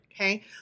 okay